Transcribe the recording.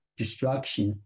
destruction